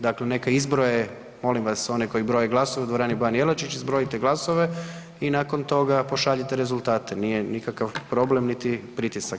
Dakle, neka izbroje, molim vas, one koji broje glasove u dvorani ban Jelačić i zbrojite glasove i nakon toga pošaljite rezultate, nije nikakav problem niti pritisak.